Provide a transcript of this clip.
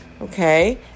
Okay